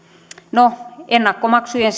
no ennakkomaksujen